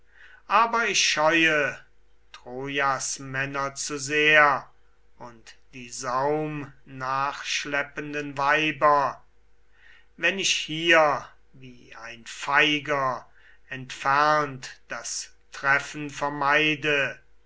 aber ich scheue trojas männer zu sehr und die saumnachschleppenden weiber wenn ich hier wie ein feiger entfernt das treffen